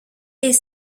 est